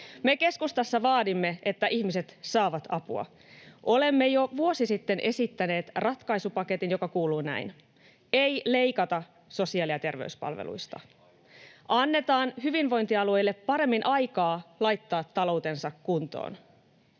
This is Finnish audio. Me keskustassa vaadimme, että ihmiset saavat apua. Olemme jo vuosi sitten esittäneet ratkaisupaketin, joka kuuluu näin: Ei leikata sosiaali- ja terveyspalveluista. Annetaan hyvinvointialueille paremmin aikaa laittaa taloutensa kuntoon.